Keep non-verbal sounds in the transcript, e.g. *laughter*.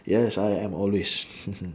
yes I I'm always *laughs*